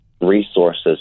resources